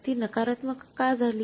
ती नकारात्मक का झाली